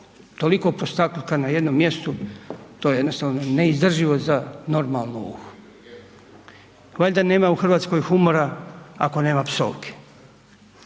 toliko prostakluka na jednom mjestu, to je jednostavno neizdrživo za normalnu, valjda nema u Hrvatskoj humora ako nema psovki.